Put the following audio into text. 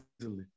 easily